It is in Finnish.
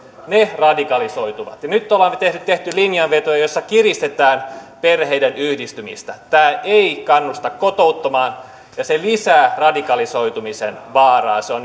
he radikalisoituvat nyt ollaan tehty tehty linjanveto jossa kiristetään perheiden yhdistymistä tämä ei kannusta kotoutumaan ja se lisää radikalisoitumisen vaaraa se on